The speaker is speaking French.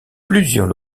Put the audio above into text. plusieurs